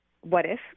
what-if